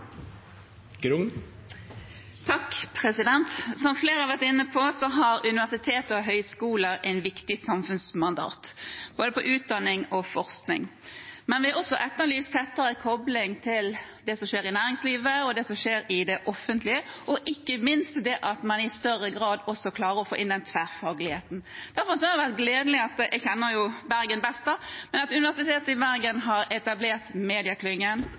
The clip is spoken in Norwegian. Som flere har vært inne på, har universiteter og høyskoler et viktig samfunnsmandat, når det gjelder både utdanning og forskning. Men vi har også etterlyst tettere kobling til det som skjer i næringslivet, og det som skjer i det offentlige, og ikke minst at man i større grad også klarer å få inn denne tverrfagligheten. Derfor har det vært gledelig at Universitetet i Bergen – jeg kjenner jo Bergen best